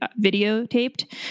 videotaped